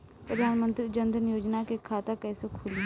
प्रधान मंत्री जनधन योजना के खाता कैसे खुली?